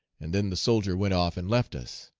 and then the soldier went off and left us.